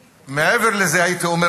מעבר לזה הייתי אומר,